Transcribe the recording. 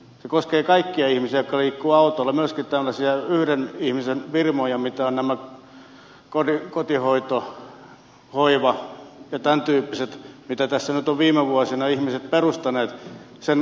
se koskee kaikkia ihmisiä jotka liikkuvat autoilla myös yhden ihmisen kodinhoito hoiva ja tämäntyyppisiä firmoja joita tässä nyt ovat viime vuosina ihmiset perustaneet sen kotitalousvähennyksen turvin